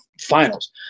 finals